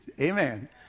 Amen